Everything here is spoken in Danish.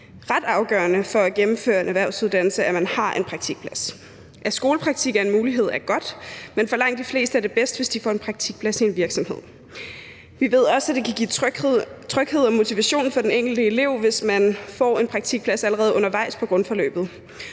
ret afgørende for at gennemføre en erhvervsuddannelse, at man har en praktikplads. At skolepraktik er en mulighed, er godt, men for langt de fleste er det bedst, hvis de får en praktikplads i en virksomhed. Vi ved også, at det kan give tryghed og motivation for den enkelte elev, hvis man får en praktikplads allerede undervejs i grundforløbet,